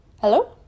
hello